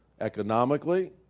Economically